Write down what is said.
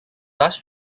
last